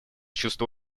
чувство